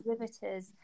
exhibitors